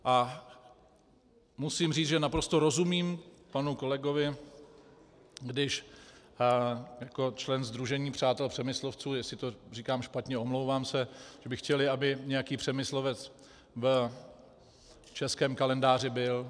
A musím říct, že naprosto rozumím panu kolegovi, když jako člen Sdružení přátel Přemyslovců jestli to říkám špatně, omlouvám se by chtěl, aby nějaký Přemyslovec v českém kalendáři byl.